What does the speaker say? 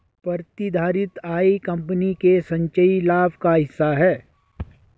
प्रतिधारित आय कंपनी के संचयी लाभ का हिस्सा है